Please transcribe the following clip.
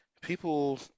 people